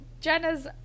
Jenna's